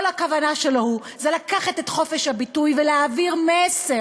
כל הכוונה שלו היא לקחת את חופש הביטוי ולהעביר מסר.